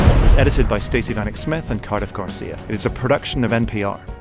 was edited by stacey vanek smith and cardiff garcia. it's a production of npr.